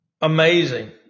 amazing